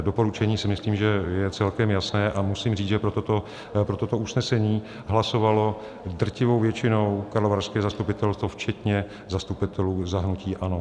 Doporučení, myslím si, že je celkem jasné, a musím říct, že pro toto usnesení hlasovalo drtivou většinou karlovarské zastupitelstvo včetně zastupitelů za hnutí ANO.